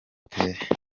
uteye